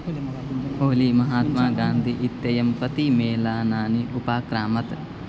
ओलि महात्मागान्धी इत्ययं प्रति मेलानानि उपाक्रामत्